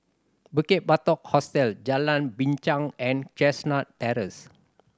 Bukit Batok Hostel Jalan Binchang and Chestnut Terrace